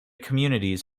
communities